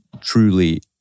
truly